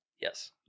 Yes